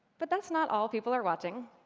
but that's not all people are watching.